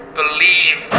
believe